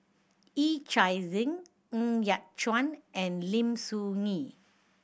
Yee Chia Hsing Ng Yat Chuan and Lim Soo Ngee